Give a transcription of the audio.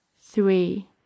Three